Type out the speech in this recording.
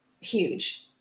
huge